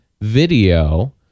video